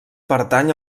pertany